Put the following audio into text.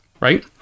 right